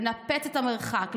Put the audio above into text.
לנפץ את המרחק.